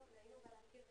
תיקון